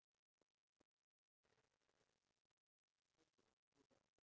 like food water shelter these three things